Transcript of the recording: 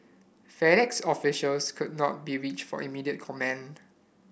FedEx officials could not be reach for immediate comment